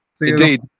Indeed